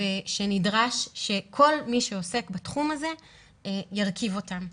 שנדרש שכל מי שעוסק בתחום הזה ירכיב אותם.